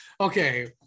okay